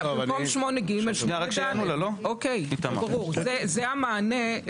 במקום 8ג יהיה 8ד. זה המענה.